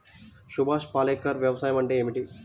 సుభాష్ పాలేకర్ వ్యవసాయం అంటే ఏమిటీ?